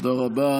תודה רבה.